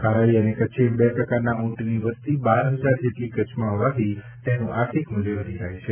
ખારાઈ અને કચ્છી એમ બે પ્રકારના ઊંટની વસતિ બાર હજાર જેટલી કચ્છમાં હોવાથી તેનું આર્થિક મૂલ્ય વધી જાય છે